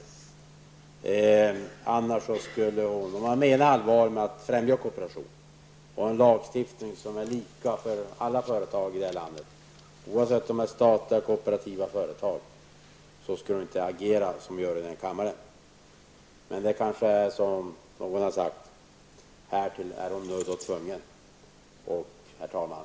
Om Inga Britt Johansson menar allvar med att vilja främja kooperationen och vilja ha en lagstiftning som är lika för alla företag i det här landet oavsett om de är statliga eller kooperativa, skulle hon inte agera så som hon gör i denna kammare. Men det kanske är så att hon är härtill nöd och tvungen. Herr talman!